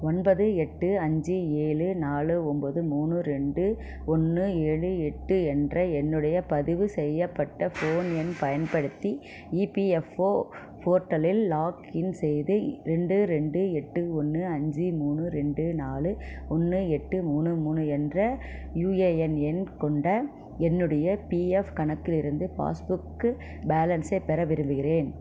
ஒன்பது எட்டு அஞ்சு ஏழு நாலு ஒன்பது மூணு ரெண்டு ஒன்று ஏழு எட்டு என்ற என்னுடைய பதிவு செய்யப்பட்ட ஃபோன் எண் பயன்படுத்தி இபிஎஃப்ஓ போர்ட்டலில் லாக்இன் செய்து ரெண்டு ரெண்டு எட்டு ஒன்று அஞ்சு மூணு ரெண்டு நாலு ஒன்று எட்டு மூணு மூணு என்ற யுஏஎன் எண் கொண்ட என்னுடைய பிஎஃப் கணக்கிலிருந்து பாஸ்புக்கு பேலன்ஸை பெற விரும்புகிறேன்